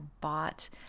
bought